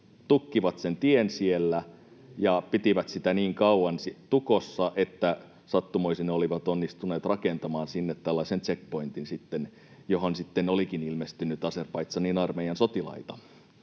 tukkivat sen tien siellä ja pitivät sitä tukossa niin kauan, että sattumoisin olivat onnistuneet rakentamaan sinne tällaisen checkpointin, johon sitten olikin ilmestynyt Azerbaidžanin armeijan sotilaita.